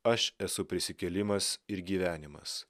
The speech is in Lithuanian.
aš esu prisikėlimas ir gyvenimas